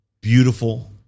beautiful